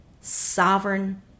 sovereign